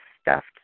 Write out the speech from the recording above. stuffed